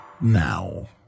now